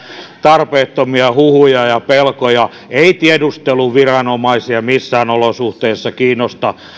tarpeettomia huhuja ja pelkoja eivät tiedusteluviranomaisia missään olosuhteissa kiinnosta